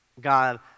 God